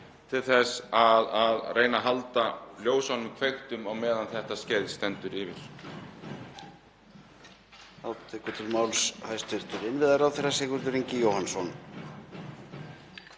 til þess að reyna að halda ljósunum kveiktum á meðan þetta skeið stendur yfir?